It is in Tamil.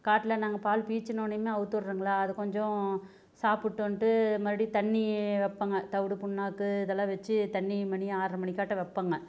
காட்டில் நாங்கள் பால் பீய்ச்சுனோனையுமே அவுழ்த்து விடறோம்ல அது கொஞ்சம் சாப்பிட்டு வந்துட்டு மறுபடி தண்ணி வைப்பங்க தவிடு புண்ணாக்கு இதெல்லாம் வெச்சு தண்ணி மணி ஆறர மணிக்காட்டம் வைப்பாங்க